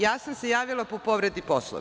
Ja sam se javila po povredi Poslovnika.